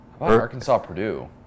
Arkansas-Purdue